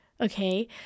Okay